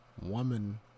woman